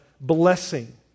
blessing